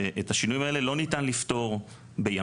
ואת השינויים האלה לא ניתן לפתור בימים.